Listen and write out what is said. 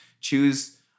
choose